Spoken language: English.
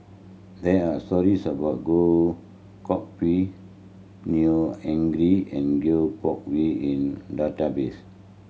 there are stories about Goh Koh Pui Neo Anngee and Goh Koh Pui in database